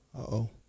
Uh-oh